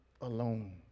alone